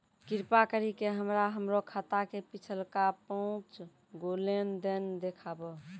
कृपा करि के हमरा हमरो खाता के पिछलका पांच गो लेन देन देखाबो